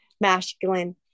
masculine